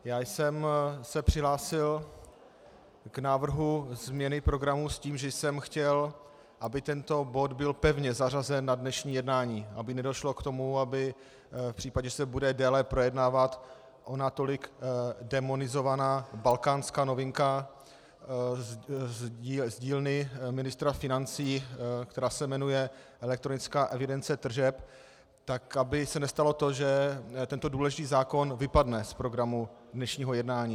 Já jsem se přihlásil k návrhu změny programu s tím, že jsem chtěl, aby tento bod byl pevně zařazen na dnešní jednání, aby nedošlo k tomu, aby v případě, že se bude déle projednávat ona tolik démonizovaná balkánská novinka z dílny ministra financí, která se jmenuje elektronická evidence tržeb, tak aby se nestalo to, že tento důležitý zákon vypadne z programu dnešního jednání.